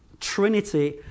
Trinity